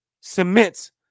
cements